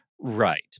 Right